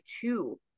two